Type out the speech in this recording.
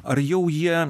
ar jau jie